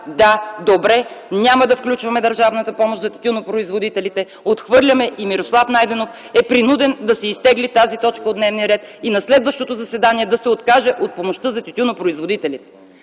за тютюнопроизводителите. Отхвърляме.” Мирослав Найденов е принуден да си изтегли тази точка от дневния ред и на следващото заседание да се откаже от помощта за тютюнопроизводителите.